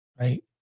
right